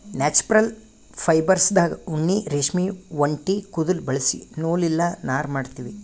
natural ಫೈಬರ್ಸ್ದಾಗ್ ಉಣ್ಣಿ ರೇಷ್ಮಿ ಒಂಟಿ ಕುದುಲ್ ಬಳಸಿ ನೂಲ್ ಇಲ್ಲ ನಾರ್ ಮಾಡ್ತೀವಿ